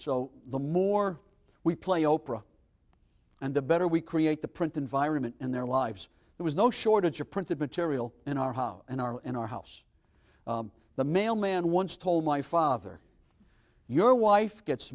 so the more we play oprah and the better we create the print environment in their lives there is no shortage of printed material in our house and our in our house the mailman once told my father your wife gets